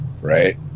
right